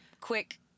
quick